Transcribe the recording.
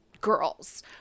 girls